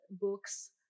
books